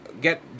get